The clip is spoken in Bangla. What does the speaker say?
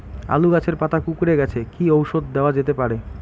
আলু গাছের পাতা কুকরে গেছে কি ঔষধ দেওয়া যেতে পারে?